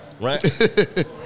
Right